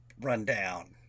rundown